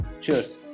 Cheers